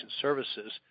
Services